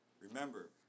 remember